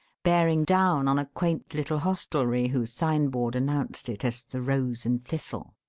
bearing down on a quaint little hostlery whose signboard announced it as the rose and thistle.